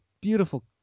beautiful